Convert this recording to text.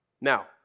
Now